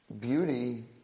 beauty